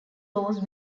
laws